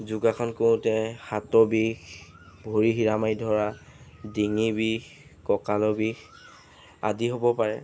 যোগাসন কৰোঁতে হাতৰ বিষ ভৰি সিৰামাৰি ধৰা ডিঙি বিষ কঁকালৰ বিষ আদি হ'ব পাৰে